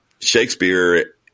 Shakespeare